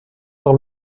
par